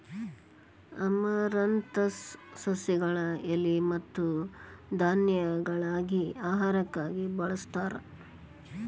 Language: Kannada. ಅಮರಂತಸ್ ಸಸಿಗಳ ಎಲಿ ಮತ್ತ ಧಾನ್ಯಗಳಾಗಿ ಆಹಾರಕ್ಕಾಗಿ ಬಳಸ್ತಾರ